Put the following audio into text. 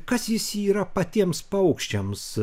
kas jis yra patiems paukščiams